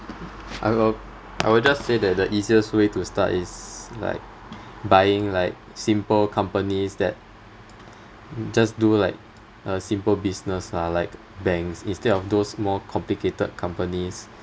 I will I will just say that the easiest way to start is like buying like simple companies that just do like a simple business ah like banks instead of those more complicated companies